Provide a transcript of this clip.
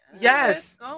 Yes